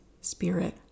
spirit